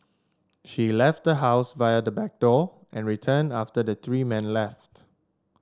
she left the house via the back door and returned after the three men left